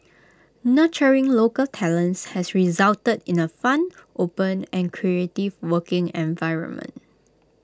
nurturing local talents has resulted in A fun open and creative working environment